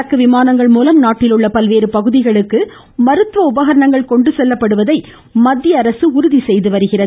சரக்கு விமானங்கள் மூலம் நாட்டில் உள்ள பல்வேறு பகுதிகளுக்கு மருத்துவ உபகரணங்கள் கொண்டுசெல்லப்படுவதை மத்திய அரசு உறுதி செய்து வருகிறது